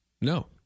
No